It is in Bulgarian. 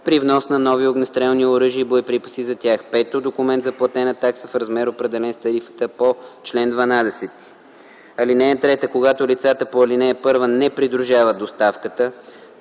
при внос на нови огнестрелни оръжия и боеприпаси за тях; 5. документ за платена такса в размер, определен с тарифата по чл. 12. (3) Когато лицата по ал. 1 не придружават доставката,